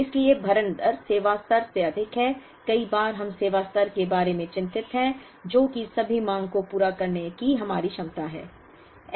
इसलिए भरण दर सेवा स्तर से अधिक है कई बार हम सेवा स्तर के बारे में चिंतित हैं जो कि सभी मांग को पूरा करने की हमारी क्षमता है